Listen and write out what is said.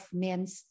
men's